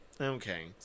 Okay